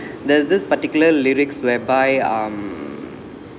there's this particular lyrics whereby um uh